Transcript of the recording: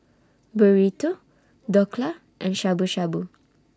Burrito Dhokla and Shabu Shabu